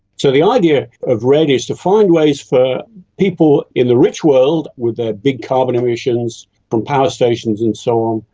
so the idea of redd is to find ways for people in the rich world with their ah big carbon emissions from power stations and so on,